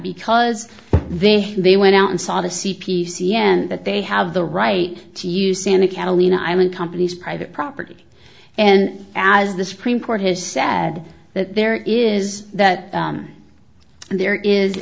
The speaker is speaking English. because they they went out and saw the c p c end that they have the right to use santa catalina island companies private property and as the supreme court has said that there is that there is